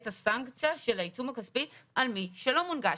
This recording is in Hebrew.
הסנקציה של העיצום הכספי על מי שלא מונגש.